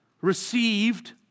received